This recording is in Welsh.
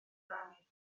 rannu